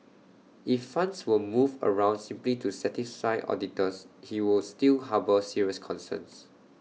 if funds were moved around simply to satisfy auditors he would still harbour serious concerns